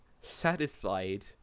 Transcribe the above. satisfied